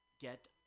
get